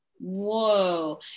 Whoa